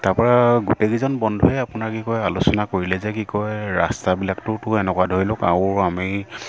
তাৰপৰা গোটেইকেইজন বন্ধুৱেই আপোনাৰ কি কয় আলোচনা কৰিলে যে কি কয় ৰাস্তাবিলাকতোতো এনেকুৱা ধৰি লওক আৰু আমি